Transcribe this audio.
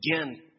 again